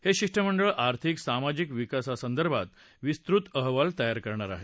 हे शिष्टमंडळ आर्थिक सामाजिक विकासासंदर्भात विस्तृत अहवाल तयार करणार आहे